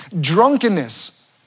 Drunkenness